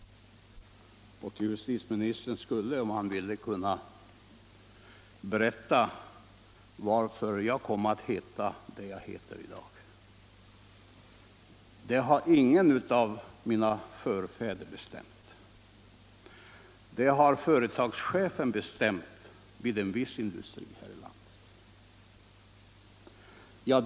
Justitieministern skulle, om han ville, kunna berätta varför jag kom att bära det namn som jag har i dag. Det har ingen av mina förfäder avgjort utan det har bestämts av företagschefen vid en viss industri här i landet.